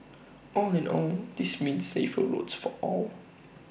all in all this means safer roads for all